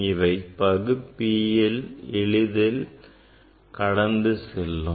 இவை பகுப்பியை எளிதில் கடந்து செல்லும்